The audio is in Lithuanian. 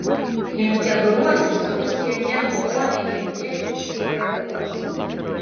integruotis rusija nenori ir nesiintegruos